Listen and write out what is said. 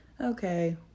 okay